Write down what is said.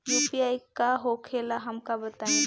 UPI का होखेला हमका बताई?